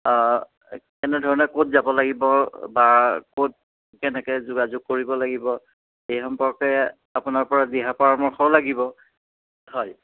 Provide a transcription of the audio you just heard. কেনেধৰণে ক'ত যাব লাগিব বা ক'ত কেনেকৈ যোগাযোগ কৰিব লাগিব এই সম্পৰ্কে আপোনাৰপৰা দিহা পৰামৰ্শও লাগিব হয়